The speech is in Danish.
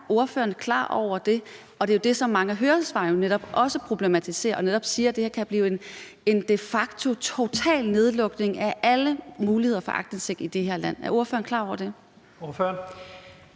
Er ordføreren klar over det? Det er jo det, som mange af høringssvarene også problematiserer. De siger, at det her jo de facto kan blive en total nedlukning af alle muligheder for aktindsigt i det her land. Er ordføreren klar over det?